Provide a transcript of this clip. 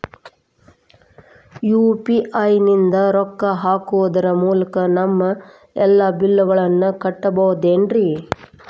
UPI ನಿಂದ ರೊಕ್ಕ ಹಾಕೋದರ ಮೂಲಕ ನಮ್ಮ ಎಲ್ಲ ಬಿಲ್ಲುಗಳನ್ನ ಕಟ್ಟಬಹುದೇನ್ರಿ?